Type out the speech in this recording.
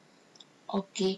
okay